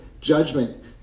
judgment